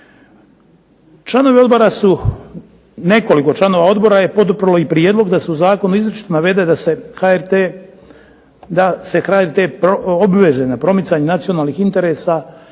Članovi Odbora su, nekoliko članova Odbora je poduprla prijedlog da se u Zakonu izričito navede da se HRT obveže na promicanje nacionalnih interesa